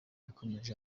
yakomeje